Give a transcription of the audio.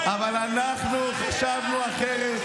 אבל אנחנו חשבנו אחרת,